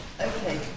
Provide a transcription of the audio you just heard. Okay